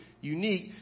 Unique